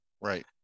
right